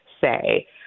say